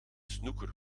snooker